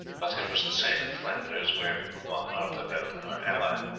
but it was the same in flanders, where von artevelde, our ally,